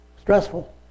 Stressful